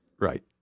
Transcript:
right